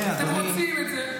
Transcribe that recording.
אתם רוצים את זה.